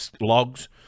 logs